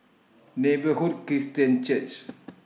Neighbourhood Christian Church